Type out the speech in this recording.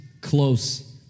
close